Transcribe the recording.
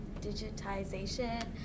digitization